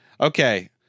Okay